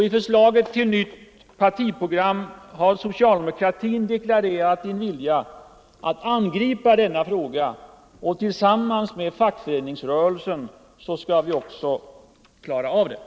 I förslaget till nytt partiprogram har socialdemokratin också deklarerat sin vilja att angripa denna fråga, och tillsammans med fackföreningsrörelsen skall vi också klara detta.